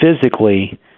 physically